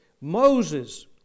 Moses